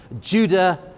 Judah